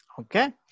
Okay